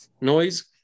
noise